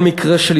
כל מקרה של